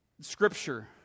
Scripture